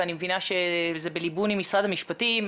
ואני מבינה שזה בליבון עם משרד המשפטים,